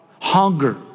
hunger